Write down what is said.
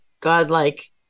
God-like